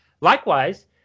Likewise